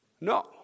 No